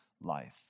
life